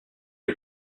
est